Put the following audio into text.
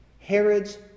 Herod's